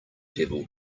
devil